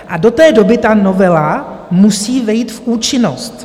A do té doby ta novela musí vejít v účinnost.